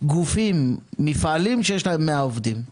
גופים שיש להם 100 עובדים.